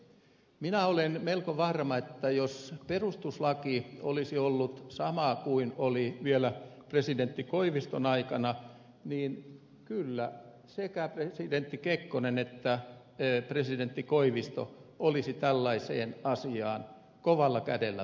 minä olen melko varma että jos perustuslaki olisi ollut sama kuin oli vielä presidentti koiviston aikana niin kyllä sekä presidentti kekkonen että presidentti koivisto olisivat tällaiseen asiaan kovalla kädellä puuttuneet